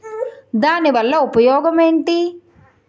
దాని వల్ల ఉపయోగం ఎంటి?